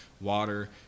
Water